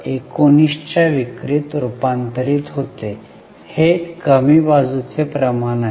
19 च्या विक्रीत रूपांतरित होते हे कमी बाजूचे प्रमाण आहे